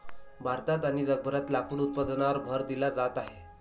भारतात आणि जगभरात लाकूड उत्पादनावर भर दिला जात आहे